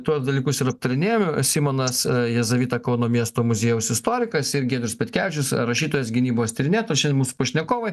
tuos dalykus ir aptarinėjame simonas jazavita kauno miesto muziejaus istorikas ir giedrius petkevičius rašytojas gynybos tyrinėtojas šiandien mūsų pašnekovai